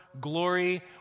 glory